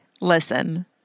Listen